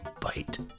bite